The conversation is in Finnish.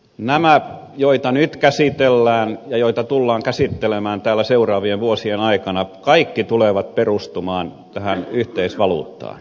nämä joita nyt käsitellään ja joita tullaan käsittelemään täällä seuraavien vuosien aikana kaikki tulevat perustumaan tähän yhteisvaluuttaan